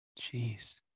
jeez